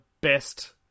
best